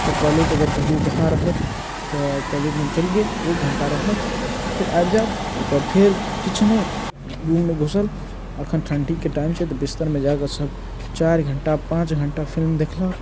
तऽ कॉलेज अगर कहियो जहाँ रहत तऽ कॉलेजमे चलि गेल एक घण्टा रहत फेर आबि जायत ओहिके बाद फेर किछु नहि रूममे घुसल अखन ठण्डीके टाइम छै तऽ बिस्तरमे जाकऽ सभ चारि घण्टा पाँच घण्टा फिल्म देखलक